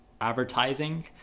advertising